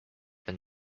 been